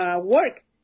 work